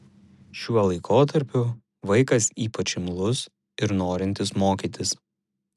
šiuo laikotarpiu vaikas ypač imlus ir norintis mokytis